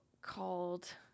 called